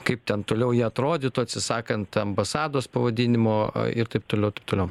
kaip ten toliau jie atrodytų atsisakant ambasados pavadinimo a ir taip toliau taip toliau